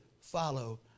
follow